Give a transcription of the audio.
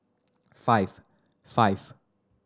five five